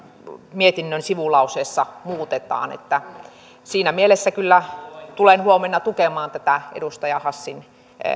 mietinnön sivulauseessa muutetaan siinä mielessä kyllä tulen huomenna tukemaan edustaja hassin